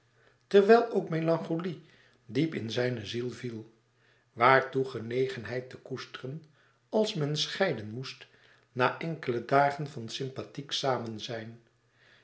terwijl ook melancholie diep in zijne ziel viel waartoe genegenheid te koesteren als men scheiden moest na enkele dagen van sympathiek samenzijn